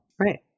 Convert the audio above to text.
Right